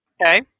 Okay